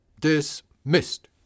Dismissed